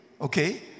Okay